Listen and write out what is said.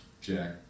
Jack